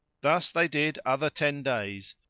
thus they did other ten days,